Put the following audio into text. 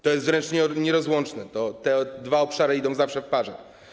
To jest wręcz nierozłączne, te dwa obszary idą zawsze w parze.